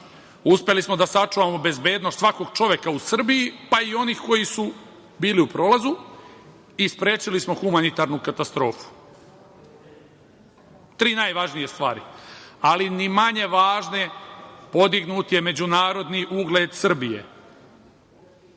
Uspeli smo da sačuvamo bezbednost svakog čoveka u Srbiji, pa i onih koji su bili u prolazu i sprečili smo humanitarnu katastrofu. Tri najvažnije stvari, ali ni manje važna - podignut je međunarodni ugled Srbije.